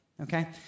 okay